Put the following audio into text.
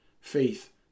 faith